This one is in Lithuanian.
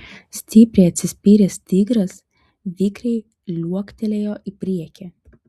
stipriai atsispyręs tigras vikriai liuoktelėjo į priekį